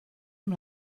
amb